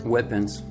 Weapons